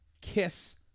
Kiss